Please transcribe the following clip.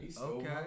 Okay